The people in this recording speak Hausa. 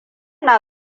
na